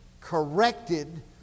corrected